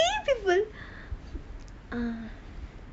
oh my god three people are you kidding me